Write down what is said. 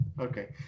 Okay